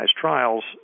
trials